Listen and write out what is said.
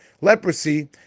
leprosy